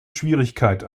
schwierigkeit